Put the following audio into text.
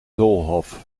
doolhof